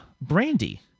Brandy